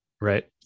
Right